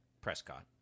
Prescott